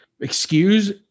excuse